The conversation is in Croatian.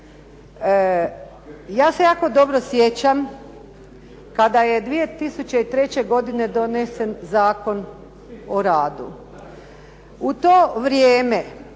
Ja se jako dobro sjećam kada je 2003. donesen Zakon o radu. U to vrijeme